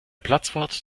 platzwart